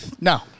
no